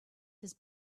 his